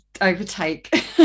overtake